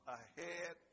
ahead